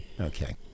Okay